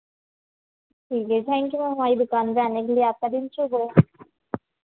ठीक है thank you ma'am हमारी दुकान पे आने के लिए आपका दिन शुभ हो